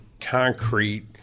concrete